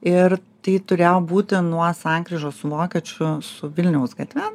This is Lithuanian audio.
ir tai turėjo būti nuo sankryžos su vokiečių su vilniaus gatve